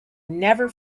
never